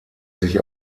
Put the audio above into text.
sich